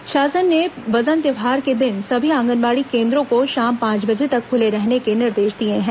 प्रशासन ने वजन त्यौहार के दिन सभी आंगनबाड़ी केंद्रों को शाम पांच बजे तक खुले रखने के निर्देश दिए गए हैं